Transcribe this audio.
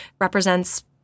represents